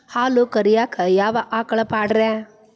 ಹಾಲು ಕರಿಯಾಕ ಯಾವ ಆಕಳ ಪಾಡ್ರೇ?